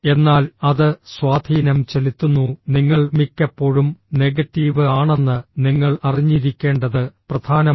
എന്നാൽ അത് സ്വാധീനം ചെലുത്തുന്നു നിങ്ങൾ മിക്കപ്പോഴും നെഗറ്റീവ് ആണെന്ന് നിങ്ങൾ അറിഞ്ഞിരിക്കേണ്ടത് പ്രധാനമാണ്